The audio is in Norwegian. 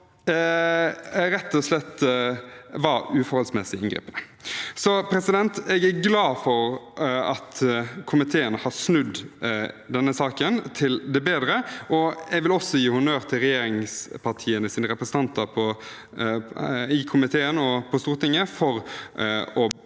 og rett og slett var uforholdsmessig inngripende. Jeg er glad for at komiteen har snudd disse sakene til det bedre, og jeg vil også gi honnør til regjeringspartienes representanter i komiteen og på Stortinget for å